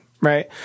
right